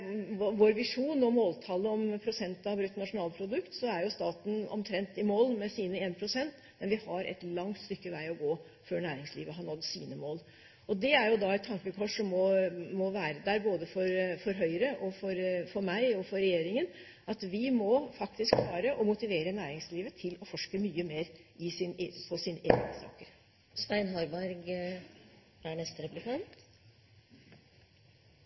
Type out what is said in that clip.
vår visjon og måltallet om prosent av bruttonasjonalprodukt, omtrent er i mål med sin 1 pst., men vi har et langt stykke vei å gå før næringslivet har nådd sine mål. Det er et tankekors som må være der både for Høyre, for meg og for regjeringen , at vi må klare å motivere næringslivet til å forske mye mer på sine egne saker. Jeg har lagt merke til at statsråden har vært på